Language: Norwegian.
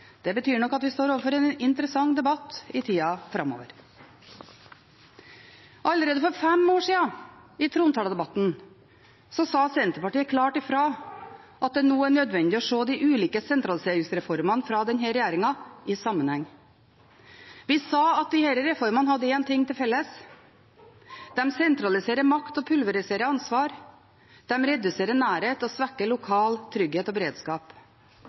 Det betyr nok at vi står overfor en interessant debatt i tida framover. Allerede i trontaledebatten for fem år siden sa Senterpartiet klart ifra at det var nødvendig å se de ulike sentraliseringsreformene fra denne regjeringen i sammenheng. Vi sa at disse reformene hadde én ting til felles – de sentraliserer makt og pulveriserer ansvar, de reduserer nærhet og svekker lokal trygghet og beredskap.